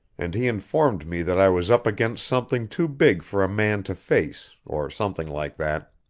and he informed me that i was up against something too big for a man to face, or something like that.